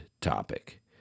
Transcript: topic